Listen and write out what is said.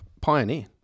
Pioneer